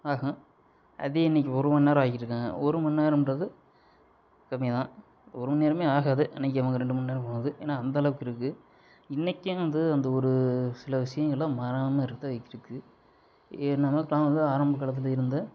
ஆகும் அதே இன்னைக்கு ஒரு மண்நேரம் ஆக்கியிருக்காங்க ஒரு மண்நேரம்ன்றது கம்மி தான் ஒரு மண்நேரமே ஆகாது அன்னைக்கு அவங்க ரெண்டு மண்நேரம் போனது ஏன்னா அந்தளவுக்கு இருக்கு இன்னைக்கும் வந்து அந்த ஒரு சில விஷயங்கள்லாம் மாறாம இருக்க இருக்கு ஏ நமக்குலாம் வந்து ஆரம்ப காலத்துலயிருந்து